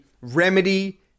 remedy